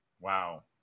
wow